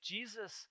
Jesus